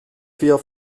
vier